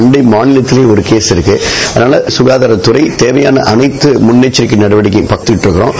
அண்டை மாநிலத்திலயும் ஒரு கேஸ் இருக்கு அதனால சுகாதாரத் துறை தேவையான அனைத்து முன்னெச்சரிக்கை நடவடிக்கைகளையும் நாம எடுத்திருக்கோம்